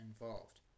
involved